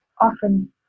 often